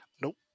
Nope